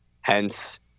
Hence